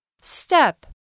Step